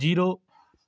zero